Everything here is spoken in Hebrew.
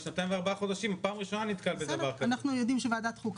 26 ביולי 2021. אנחנו נכנסים לסעיף הראשון בסדר היום שזה הצעת חוק